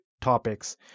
Topics